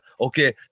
okay